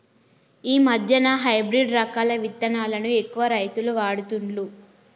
ఈ మధ్యన హైబ్రిడ్ రకాల విత్తనాలను ఎక్కువ రైతులు వాడుతుండ్లు